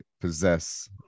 possess